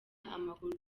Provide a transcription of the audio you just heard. amakuru